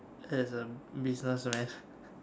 as a businessman